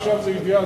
עכשיו זו ידיעה,